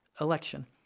election